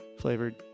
flavored